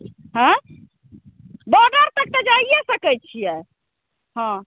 हँ बॉडर तक तऽ जाइए सकै छिए हँ